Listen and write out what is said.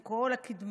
עם כל הקדמה,